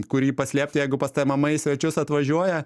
kur jį paslėpti jeigu pas tave mama į svečius atvažiuoja